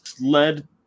led